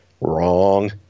Wrong